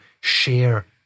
share